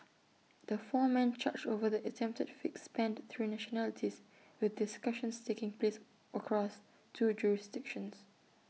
the four men charged over the attempted fix spanned three nationalities with discussions taking place across two jurisdictions